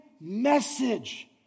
message